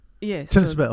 Yes